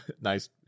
nice